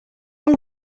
jean